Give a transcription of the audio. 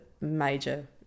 major